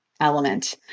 element